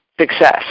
success